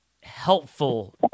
helpful